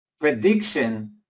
prediction